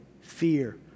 fear